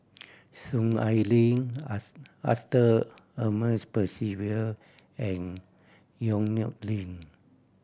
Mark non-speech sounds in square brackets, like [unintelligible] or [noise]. Soon Ai Ling [unintelligible] Arthur Ernest Percival and Yong Nyuk Lin